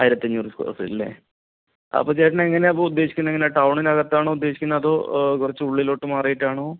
ആയിരത്തഞ്ഞൂറ് സ്കൊയർ ഫീറ്റല്ലേ അപ്പോൾ ചേട്ടനെങ്ങനെയാണ് അപ്പോൾ ഉദ്ദേശിക്കുന്നത് ഇങ്ങനെ ടൗണിനകത്താണോ ഉദ്ദേശിക്കുന്നത് അതോ കുറച്ച് ഉള്ളിലോട്ട് മാറിയിട്ടാണോ